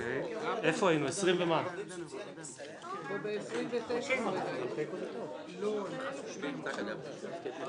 על סעיף 29 לא נתקבלה.